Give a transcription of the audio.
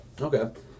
okay